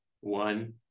One